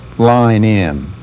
line in,